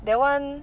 that one